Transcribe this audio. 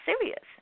serious